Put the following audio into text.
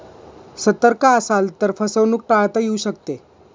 सतर्क असाल तर फसवणूक टाळता येऊ शकते